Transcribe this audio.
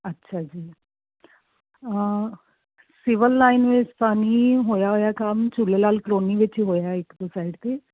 ਅੱਛਾ ਜੀ civil line ਵਿੱਚ ਤਾਂ ਨਹੀਂ ਹੋਇਆ ਹੋਇਆ ਕੰਮ ਚੁੱਲੇ ਲਾਲ ਕਲੋਨੀ ਵਿੱਚ ਹੀ ਹੋਇਆ ਇੱਕ ਦੋ ਸਾਈਡ 'ਤੇ